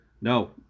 no